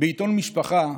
בעיתון "משפחה"